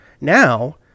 now